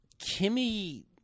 Kimmy